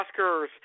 Oscars